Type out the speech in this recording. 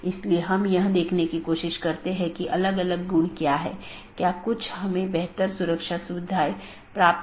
पथ को पथ की विशेषताओं के रूप में रिपोर्ट किया जाता है और इस जानकारी को अपडेट द्वारा विज्ञापित किया जाता है